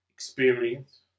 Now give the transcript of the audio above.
experience